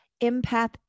empath